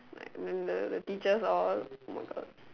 like remember the teachers all oh-my-God